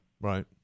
right